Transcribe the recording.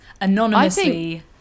anonymously